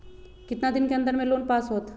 कितना दिन के अन्दर में लोन पास होत?